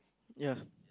ya